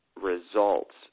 results